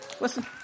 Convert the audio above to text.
Listen